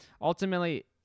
ultimately